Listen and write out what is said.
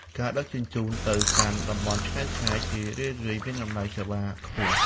ការដឹកជញ្ជូនទៅកាន់តំបន់ឆ្ងាយៗ ជារឿយៗមានតម្លៃសេវាខ្ពស់។